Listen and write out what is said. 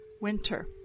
winter